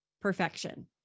perfection